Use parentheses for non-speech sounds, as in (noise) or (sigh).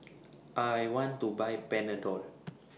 (noise) I want to Buy Panadol